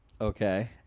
Okay